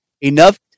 enough